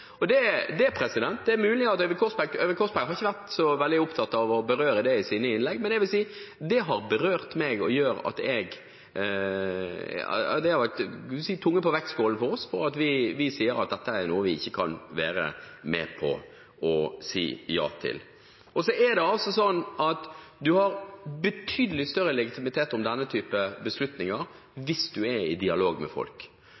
Korsberg har ikke vært så veldig opptatt av å berøre det i sine innlegg, men det har berørt meg, og det har vært tungen på vektskålen for oss for at vi sier at dette er noe vi ikke kan være med på å si ja til. Man har betydelig større legitimitet om denne typen beslutninger hvis man er i dialog med folk. Da regjeringen bestemte seg for å hive hele Engebøfjellet i Førdefjorden, var det ingen fra politisk ledelse i Miljødepartementet eller fra plandepartementet som besøkte folk i Vevring, snakket med